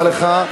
תודה רבה לך.